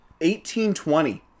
1820